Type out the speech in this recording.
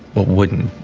but wouldn't.